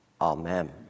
Amen